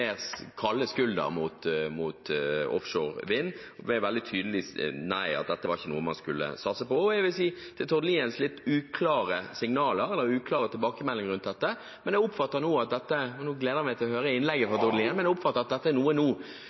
skulder mot offshore vind og veldig tydelige nei, dette var ikke noe man skulle satse på, og til Tord Liens litt uklare tilbakemeldinger om dette. Nå gleder jeg meg til å høre innlegget til Tord Lien, og jeg oppfatter at dette er noe som nå